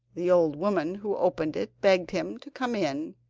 the old woman who opened it begged him to come in,